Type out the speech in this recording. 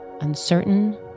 uncertain